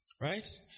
right